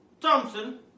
Thompson